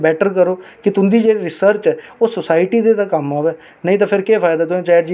पर अगर एह् चीज में दिल्ली बी पंदरां बीह दिन रेही ऐ आई में मतलब कि साले दे चार पंज बारी में दिल्ली जन्नी आं